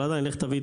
אבל עדיין לך תביא,